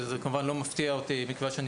זה כמובן לא מפתיע אותי מכיוון שאני